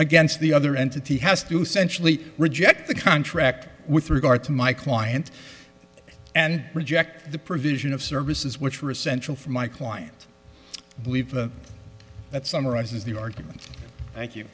against the other entity has to sensually reject the contract with regard to my client and reject the provision of services which are essential for my clients believe that summarizes the argument thank you